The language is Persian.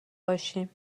باشیم